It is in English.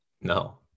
no